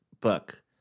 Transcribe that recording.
book